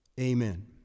amen